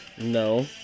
No